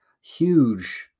huge